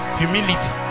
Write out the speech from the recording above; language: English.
humility